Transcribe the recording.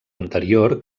anterior